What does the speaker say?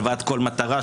הלוואת כל מטרה,